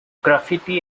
graffiti